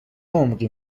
عمقی